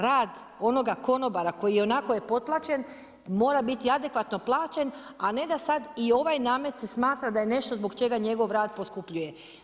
Rad, onoga konobara koji je ionako potplaćen, mora biti adekvatno plaćen, a ne da sad i ovaj namet se smatra da je nešto zbog čega njegov rad poskupljuje.